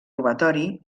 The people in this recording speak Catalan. robatori